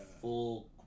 full